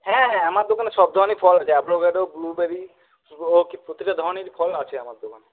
হ্যাঁ হ্যাঁ আমার দোকানে সব ধরনের ফল আছে অ্যাভোক্যাডো ব্লুবেরি প্রতিটা ধরনেরই ফল আছে আমার দোকানে